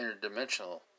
interdimensional